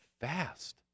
fast